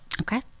okay